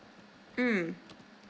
mm